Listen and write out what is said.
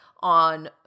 on